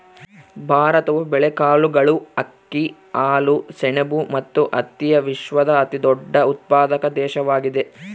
ಭಾರತವು ಬೇಳೆಕಾಳುಗಳು, ಅಕ್ಕಿ, ಹಾಲು, ಸೆಣಬು ಮತ್ತು ಹತ್ತಿಯ ವಿಶ್ವದ ಅತಿದೊಡ್ಡ ಉತ್ಪಾದಕ ದೇಶವಾಗಿದೆ